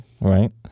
right